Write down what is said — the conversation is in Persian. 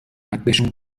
قدشون